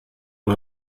und